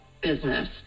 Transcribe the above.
business